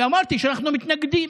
ואמרתי שאנחנו מתנגדים.